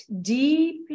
deep